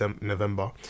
November